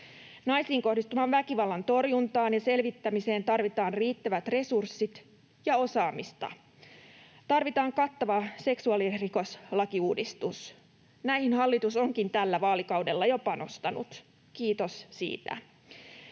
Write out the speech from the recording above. Naisiin kohdistuvan väkivallan torjuntaan ja selvittämiseen tarvitaan riittävät resurssit ja osaamista. Tarvitaan kattava seksuaalirikoslakiuudistus. Näihin hallitus onkin tällä vaalikaudella jo panostanut, kiitos siitä.